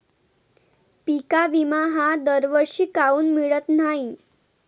पिका विमा हा दरवर्षी काऊन मिळत न्हाई?